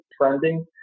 trending